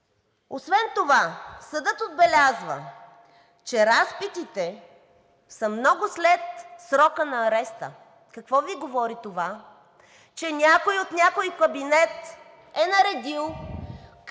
Освен това съдът отбелязва, че разпитите са много след срока на ареста. Какво Ви говори това? Че някой от някой кабинет е наредил как